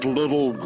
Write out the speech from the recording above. little